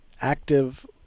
active